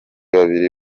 babiri